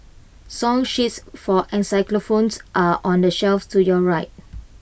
song sheets for phones are on the shelf to your right